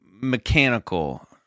mechanical